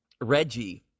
Reggie